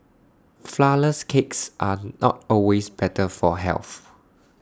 Flourless Cakes are not always better for health